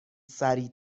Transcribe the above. سریع